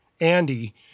Andy